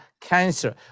cancer